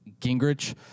Gingrich